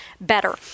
better